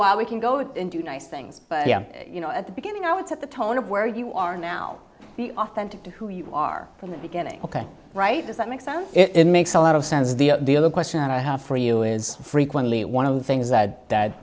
while we can go and do nice things but you know at the beginning i would set the tone of where you are now the authentic to who you are from the beginning ok right does that make sounds it makes a lot of sense the the other question that i have for you is frequently one of the things that